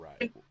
right